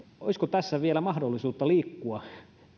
olisiko tässä kysymyksessä mahdollisuutta vielä liikkua